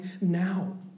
now